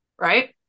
Right